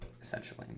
essentially